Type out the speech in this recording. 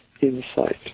insight